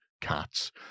cats